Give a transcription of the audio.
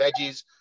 veggies